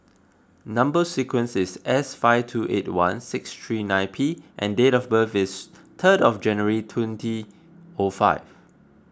Number Sequence is S five two eight one six three nine P and date of birth is third of January twenty O five